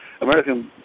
American